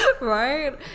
right